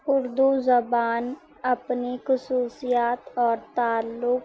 اردو زبان اپنی خصوصیات اور تعلق